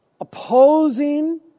opposing